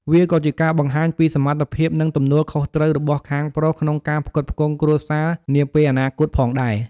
វាក៏ជាការបង្ហាញពី សមត្ថភាព និង ទំនួលខុសត្រូវ របស់ខាងប្រុសក្នុងការផ្គត់ផ្គង់គ្រួសារនាពេលអនាគតផងដែរ។